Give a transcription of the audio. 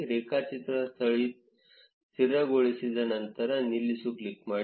ರೇಖಾಚಿತ್ರ ಸ್ಥಿರಗೊಳಿಸಿದ ನಂತರ ನಿಲ್ಲಿಸು ಕ್ಲಿಕ್ ಮಾಡಿ